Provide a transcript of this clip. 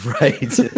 right